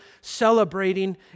celebrating